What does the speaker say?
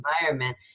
environment